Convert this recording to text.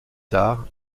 tard